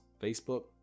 Facebook